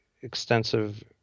extensive